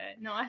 No